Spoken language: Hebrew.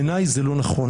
בעיניי זה לא נכון.